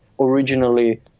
originally